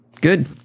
Good